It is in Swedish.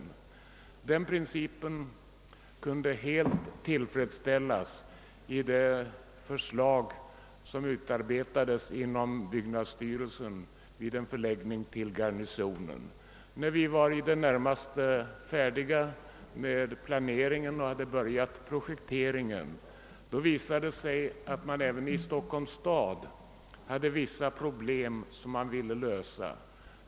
Denna princip kunde helt tillgodoses i det förslag, som utarbetades inom byggnadsstyrelsen och som innebar en förläggning till kvarteret Garnisonen. När vi var i det närmaste färdiga med planeringen och hade börjat projekteringen visade det sig, att man även hos Stockholms stad hade vissa problem som man ville lösa.